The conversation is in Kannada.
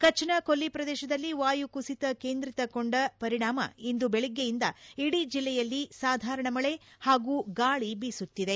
ಕಚ್ನ ಕೊಲ್ಲಿ ಪ್ರದೇಶದಲ್ಲಿ ವಾಯು ಕುಸಿತ ಕೇಂದ್ರೀಕೃತಕೊಂಡ ಪರಿಣಾಮ ಇಂದು ಬೆಳಗ್ಗೆಯಿಂದ ಇಡೀ ಜಿಲ್ಲೆಯಲ್ಲಿ ಸಾಧಾರಣ ಮಳೆ ಹಾಗೂ ಗಾಳಿ ಬೀಸುತ್ತಿದೆ